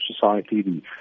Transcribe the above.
Society